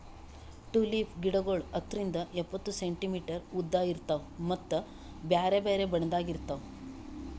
tulip ಗಿಡಗೊಳ್ ಹತ್ತರಿಂದ್ ಎಪ್ಪತ್ತು ಸೆಂಟಿಮೀಟರ್ ಉದ್ದ ಇರ್ತಾವ್ ಮತ್ತ ಬ್ಯಾರೆ ಬ್ಯಾರೆ ಬಣ್ಣದಾಗ್ ಇರ್ತಾವ್